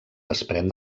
desprèn